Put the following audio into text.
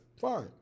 Fine